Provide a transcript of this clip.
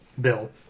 Bill